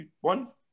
One